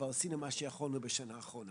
אבל עשינו מה שיכולנו בשנה האחרונה.